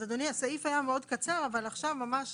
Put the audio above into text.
אדוני, הסעיף היה מאוד קצר אבל עכשיו, ממש